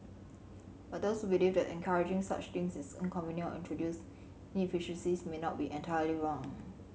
but those believe that encouraging such things is inconvenient or introduce inefficiencies may not be entirely wrong